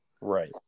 Right